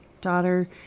daughter